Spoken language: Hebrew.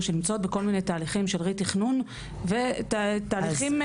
או שנמצאות בכל מיני תהליכים של רה-תכנון ותהליכים שיפוצים וזה.